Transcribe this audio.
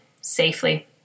safely